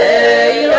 a